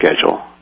schedule